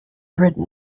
written